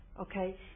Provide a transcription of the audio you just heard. okay